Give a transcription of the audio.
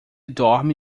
dorme